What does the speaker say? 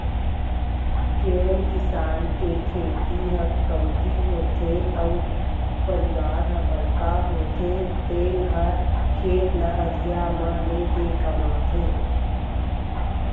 जेन किसान के खेती ह कमती होथे अउ परवार ह बड़का होथे तेने हर खेत ल अधिया म लेके कमाथे